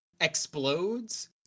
explodes